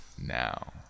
now